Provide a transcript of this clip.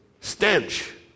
stench